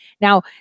Now